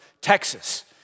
Texas